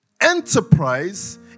Enterprise